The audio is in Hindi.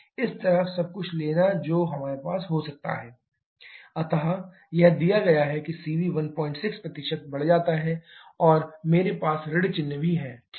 इस तरफ सब कुछ लेना जो हमारे पास हो सकता है d ln dcvcv अतः ln dcvcv यह दिया गया है कि cv 16 बढ़ जाता है और मेरे पास ऋण चिह्न भी है ठीक है